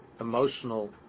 emotional